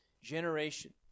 generation